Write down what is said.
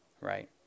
right